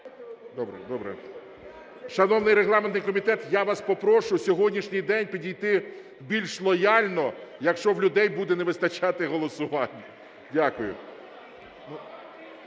були. Шановний регламентний комітет, я вас попрошу, сьогоднішній день, підійти більш лояльно, якщо в людей буде не вистачати голосувань. Дякую.